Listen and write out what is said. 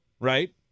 Right